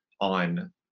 on